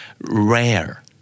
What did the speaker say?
Rare